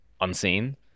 unseen